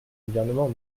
gouvernement